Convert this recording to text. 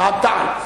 רע"ם-תע"ל.